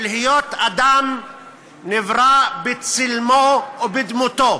של היות אדם נברא בצלמו ובדמותו,